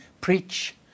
preach